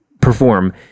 perform